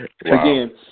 Again